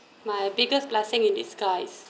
my biggest blessing in disguise